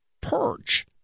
purge